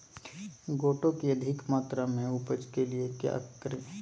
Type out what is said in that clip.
गोटो की अधिक मात्रा में उपज के लिए क्या करें?